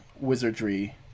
wizardry